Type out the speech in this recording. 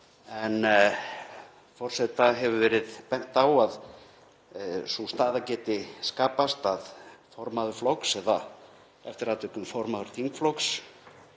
Forseta hefur verið bent á að sú staða geti skapast að formaður flokks, eða eftir atvikum, formaður þingflokks,